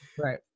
Right